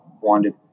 wanted